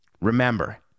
Remember